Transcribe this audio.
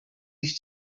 his